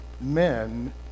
men